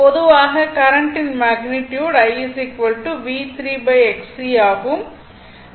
பொதுவாக கரண்ட்டின் magnitude I V3 Xc ஆகும்